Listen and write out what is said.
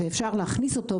ואפשר להכניס אותו,